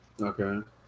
Okay